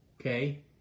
Okay